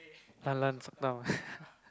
lanlan suck thumb ah